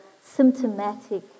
symptomatic